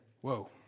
whoa